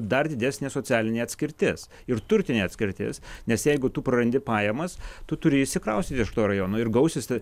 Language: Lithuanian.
dar didesnė socialinė atskirtis ir turtinė atskirtis nes jeigu tu prarandi pajamas tu turi išsikraustyti iš to rajono ir gausis